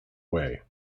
way